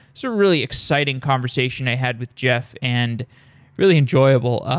so really exciting conversation i had with geoff and really enjoyable.